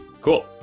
Cool